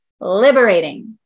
liberating